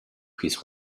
his